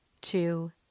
two